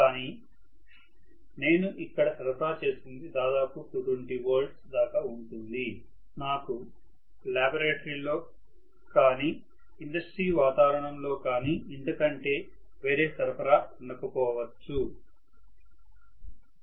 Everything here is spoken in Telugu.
కానీ నేను ఇక్కడ సరఫరా చేస్తున్నది దాదాపు 220V దాకా ఉంటుంది నాకు లాబొరేటరీలో కానీ ఇండస్ట్రీ వాతావరణంలో కానీ ఇంత కంటే వేరే సరఫరా ఉండకపోవచ్చు